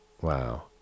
Wow